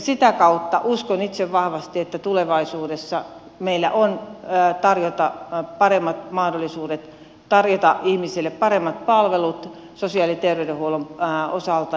sitä kautta uskon itse vahvasti että tulevaisuudessa meillä on tarjota paremmat mahdollisuudet tarjota ihmisille paremmat palvelut sosiaali ja terveydenhuollon osalta